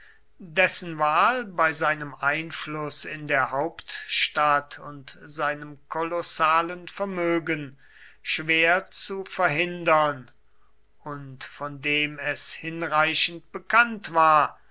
dessen wahl bei seinem einfluß in der hauptstadt und seinem kolossalen vermögen schwer zu verhindern und von dem es hinreichend bekannt war